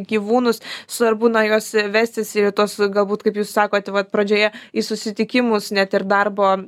gyvūnus svarbu na juos vestis į tuos galbūt kaip jūs sakot vat pradžioje į susitikimus net ir darbo